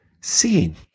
Seeing